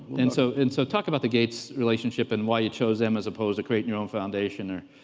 and so and so talk about the gates relationship and why you chose them as opposed to creating your own foundation there.